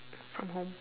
from home